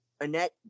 Annette